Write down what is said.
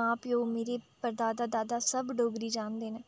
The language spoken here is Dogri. मां प्योऽ मेरे परदादा दादा सब डोगरी जानदे न